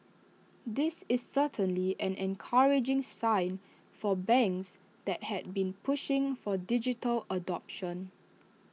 this is certainly an encouraging sign for banks that had been pushing for digital adoption